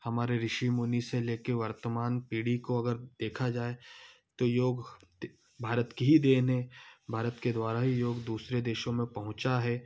हमारे ऋषि मुनि से ले कर वर्तमान पीढ़ी को अगर देखा जाए तो योग त भारत की ही देन है भारत के द्वारा ही योग दूसरे देशों में पहुँचा है